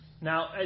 Now